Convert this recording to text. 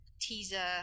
teaser